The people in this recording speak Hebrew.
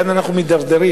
לאן אנחנו מידרדרים?